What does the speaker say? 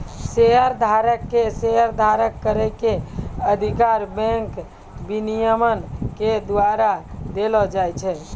शेयरधारक के शेयर धारण करै के अधिकार बैंक विनियमन के द्वारा देलो जाय छै